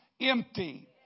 empty